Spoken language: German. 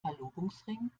verlobungsring